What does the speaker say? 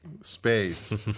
space